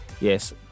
Yes